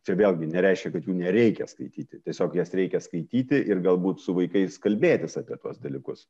čia vėlgi nereiškia kad jų nereikia skaityti tiesiog jas reikia skaityti ir galbūt su vaikais kalbėtis apie tuos dalykus